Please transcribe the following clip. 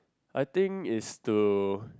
I think is to